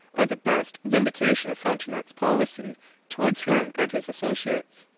are the best vindication of frontenac's policy towards him and his associates.